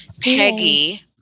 Peggy